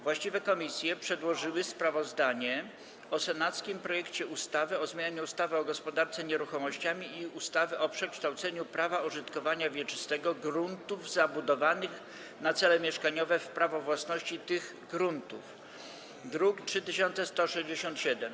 Właściwe komisje przedłożyły sprawozdanie o senackim projekcie ustawy o zmianie ustawy o gospodarce nieruchomościami i ustawy o przekształceniu prawa użytkowania wieczystego gruntów zabudowanych na cele mieszkaniowe w prawo własności tych gruntów, druk nr 3167.